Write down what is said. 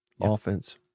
offense